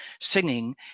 singing